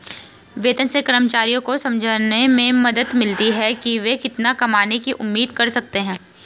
वेतन से कर्मचारियों को समझने में मदद मिलती है कि वे कितना कमाने की उम्मीद कर सकते हैं